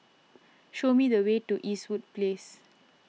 show me the way to Eastwood Place